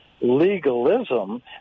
Legalism